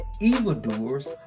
Evildoers